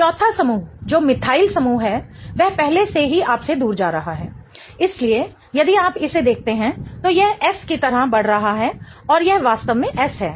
चौथा समूह जो मिथाइल समूह है वह पहले से ही आपसे दूर जा रहा है इसलिए यदि आप इसे देखते हैं तो यह S की तरह बढ़ रहा है और यह वास्तव में S है